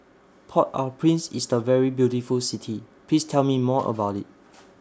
Port Au Prince IS A very beautiful City Please Tell Me More about IT